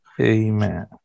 Amen